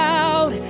out